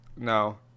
No